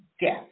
death